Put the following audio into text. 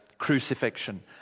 crucifixion